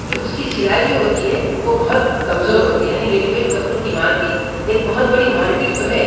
جو اس کی سلائی جو ہوتی ہے وہ بہت کمزور ہوتی ہے یعنی ریڈی میڈ کپڑوں کی مارکیٹ ایک بہت بڑی مارکیٹ تو ہے